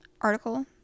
article